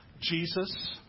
Jesus